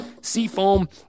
Seafoam